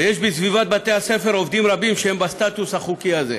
ויש בסביבת בתי-הספר עובדים רבים שהם בסטטוס החוקי הזה.